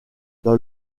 dans